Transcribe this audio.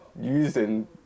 using